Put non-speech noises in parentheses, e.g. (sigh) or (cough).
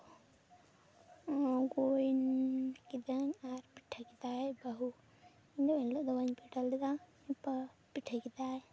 (unintelligible) ᱠᱤᱫᱟᱹᱧ ᱟᱨ ᱯᱤᱴᱷᱟᱹ ᱠᱮᱫᱟᱭ ᱵᱟᱹᱦᱩ ᱤᱧ ᱫᱚ ᱮᱱ ᱦᱤᱞᱳᱜ ᱫᱚ ᱵᱟᱹᱧ ᱯᱤᱴᱷᱟᱹ ᱞᱮᱫᱟ ᱮᱨᱯᱚᱨ ᱯᱤᱴᱷᱟᱹ ᱠᱮᱫᱟᱭ